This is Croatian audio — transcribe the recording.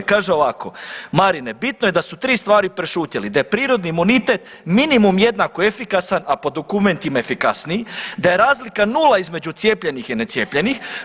Kaže ovako: Marine bitno je da su tri stvari prešutjeli: da je prirodni imunitet minimum jednako efikasan, a po dokumentima efikasniji, da je razlika nula između cijepljenih i necijepljenih.